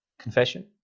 confession